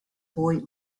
boy